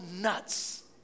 nuts